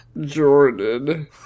Jordan